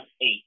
eight